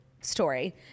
story